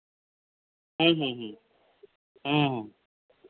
ᱦᱮᱸ ᱦᱮᱸ ᱦᱮᱸ